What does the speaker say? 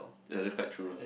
ya that's quite true lah